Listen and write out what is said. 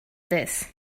this